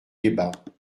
débats